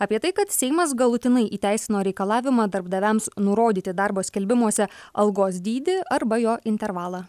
apie tai kad seimas galutinai įteisino reikalavimą darbdaviams nurodyti darbo skelbimuose algos dydį arba jo intervalą